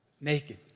naked